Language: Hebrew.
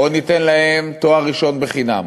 או ניתן להם תואר ראשון בחינם,